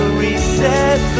reset